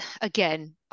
again